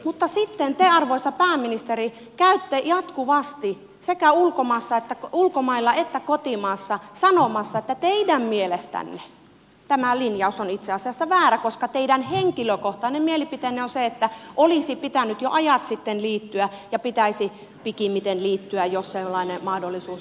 mutta sitten te arvoisa pääministeri käytte jatkuvasti sekä ulkomailla että kotimaassa sanomassa että teidän mielestänne tämä linjaus on itse asiassa väärä koska teidän henkilökohtainen mielipiteenne on se että olisi pitänyt jo ajat sitten liittyä ja pitäisi pikimmiten liittyä jos sellainen mahdollisuus olisi